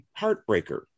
heartbreaker